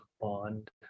bond